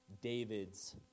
David's